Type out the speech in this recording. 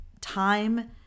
time